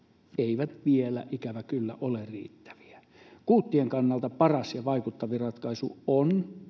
eivät vielä ikävä kyllä ole riittäviä kuuttien kannalta paras ja vaikuttavin ratkaisu on